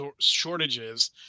shortages